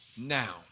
now